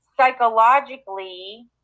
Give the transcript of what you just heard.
psychologically